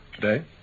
today